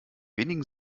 wenigen